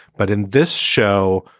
but in this show,